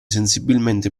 sensibilmente